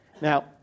Now